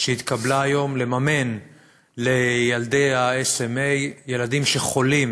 שהתקבלה היום לממן לילדי ה-SMA, ילדים שחולים